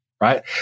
Right